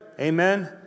Amen